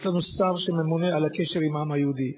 לנו שר שממונה על הקשר עם העם היהודי,